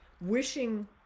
Wishing